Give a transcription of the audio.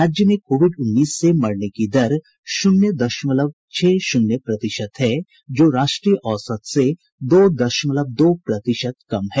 राज्य में कोविड उन्नीस से मरने की दर शून्य दशमलव छह शून्य प्रतिशत है जो राष्ट्रीय औसत से दो दशमलव दो प्रतिशत कम है